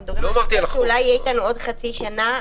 יכול להיות שזה יהיה אתנו עוד חצי שנה.